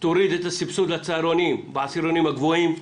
שתוריד את הסבסוד לצהרונים בעשירונים הגבוהים,